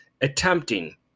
attempting